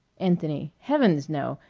anthony heavens, no!